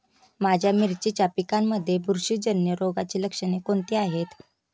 माझ्या मिरचीच्या पिकांमध्ये बुरशीजन्य रोगाची लक्षणे कोणती आहेत?